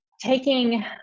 taking